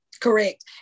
correct